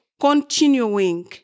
continuing